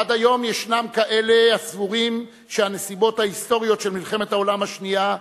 עד היום ישנם כאלה הסבורים שהנסיבות ההיסטוריות של מלחמת העולם השנייה,